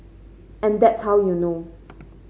and that's how you know